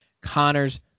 Connor's